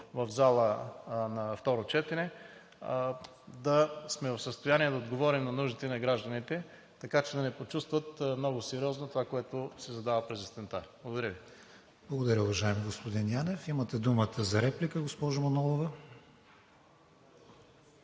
в залата на второ четене да сме в състояние да отговорим на нуждите на гражданите, така че да не почувстват много сериозно това, което се задава през есента. Благодаря Ви. ПРЕДСЕДАТЕЛ КРИСТИАН ВИГЕНИН: Благодаря, уважаеми господин Янев. Имате думата за реплика, госпожо Манолова.